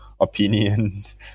opinions